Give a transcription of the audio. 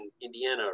Indiana